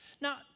Now